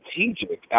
strategic